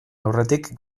aurretik